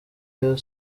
rayon